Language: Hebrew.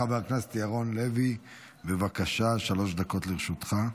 חבר הכנסת ירון לוי, בבקשה, שלוש דקות לרשותך.